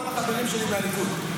כל החברים שלי מהליכוד.